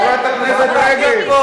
חברת הכנסת רגב.